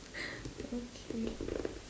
okay